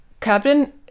Captain